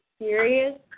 serious